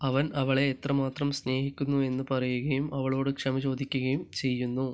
അവൻ അവളെ എത്ര മാത്രം സ്നേഹിക്കുന്നു എന്ന് പറയുകയും അവളോട് ക്ഷമ ചോദിക്കുകയും ചെയ്യുന്നു